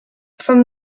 from